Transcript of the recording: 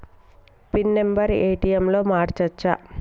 Pin number ATM లో మార్చచ్చా?